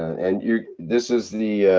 and you're. this is the.